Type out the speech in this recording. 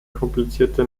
komplizierte